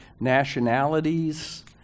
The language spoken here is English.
nationalities